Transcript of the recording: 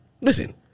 Listen